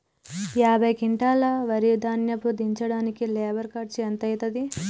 యాభై క్వింటాల్ వరి ధాన్యము దించడానికి లేబర్ ఖర్చు ఎంత అయితది?